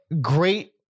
great